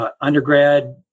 undergrad